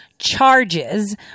charges